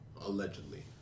allegedly